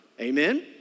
Amen